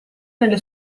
nelle